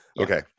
Okay